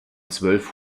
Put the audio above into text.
zwölf